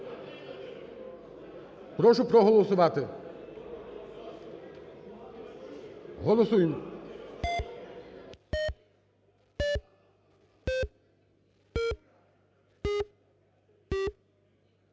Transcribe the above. Прошу проголосувати. Голосуєм.